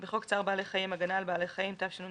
הצעת חוק צער בעלי חיים (הגנה על בעלי חיים) (תיקון